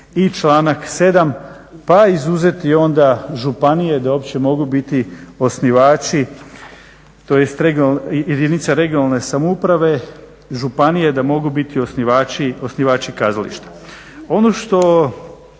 i članak 7.pa izuzeti onda županije da uopće mogu biti osnivači tj. jedinica regionalne samouprave, županije da mogu biti osnivači kazališta. Ono što